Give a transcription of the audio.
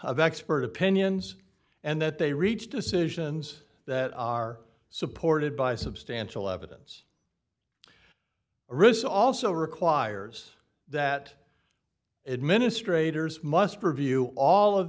of expert opinions and that they reach decisions that are supported by substantial evidence or is also requires that administrator is must review all of